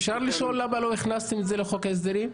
למה לא הכנסתם את זה לחוק ההסדרים?